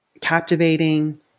captivating